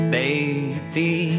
baby